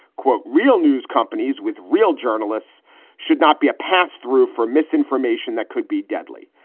quote, real news companies with real journalists should not be a pass through for misinformation that could be deadly.